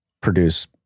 produce